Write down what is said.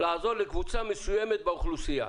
לעזור לקבוצה מסוימת באוכלוסייה.